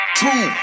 Two